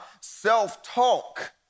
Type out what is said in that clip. self-talk